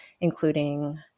including